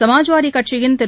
சமாஜ்வாதி கட்சியின் திரு